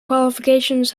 qualifications